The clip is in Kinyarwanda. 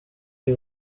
y’i